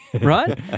right